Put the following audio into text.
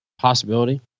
possibility